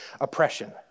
oppression